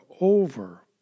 over